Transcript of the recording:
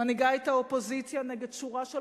מנהיגה את האופוזיציה נגד שורה של